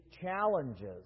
challenges